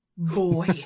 Boy